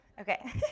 Okay